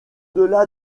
delà